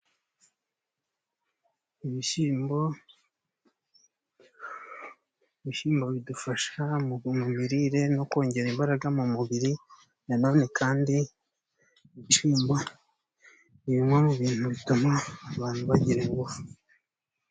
Ibishyimbo; ibishyimbo bidufasha mu mirire, no kongera imbaraga mu mubiri, na none kandi ibishyimbo ni bimwe mu bintu bituma abantu bagira ingufu.